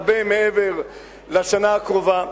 הרבה מעבר לשנה הקרובה,